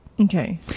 Okay